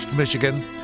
Michigan